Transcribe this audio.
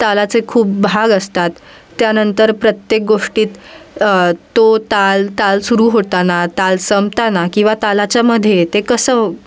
तालाचे खूप भाग असतात त्यानंतर प्रत्येक गोष्टीत तो ताल ताल सुरू होताना ताल संपताना किंवा तालाच्यामध्ये ते कसं